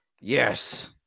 Yes